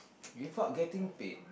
without getting paid